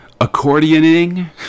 accordioning